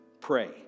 Pray